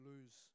lose